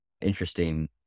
interesting